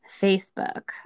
Facebook